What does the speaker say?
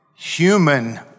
human